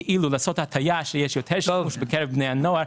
לעשות הטעיה שיש יותר שימוש בקרב בני הנוער,